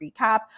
recap